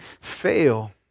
fail